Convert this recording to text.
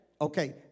Okay